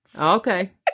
Okay